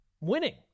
winning